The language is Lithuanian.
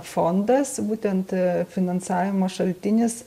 fondas būtent finansavimo šaltinis